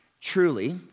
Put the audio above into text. truly